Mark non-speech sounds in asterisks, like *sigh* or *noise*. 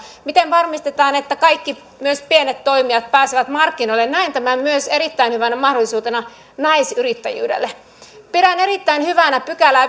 miten varmistetaan että kaikki myös pienet toimijat pääsevät markkinoille näen tämän myös erittäin hyvänä mahdollisuutena naisyrittäjyydelle pidän erittäin hyvänä viidettäkymmenettäseitsemättä pykälää *unintelligible*